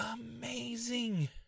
amazing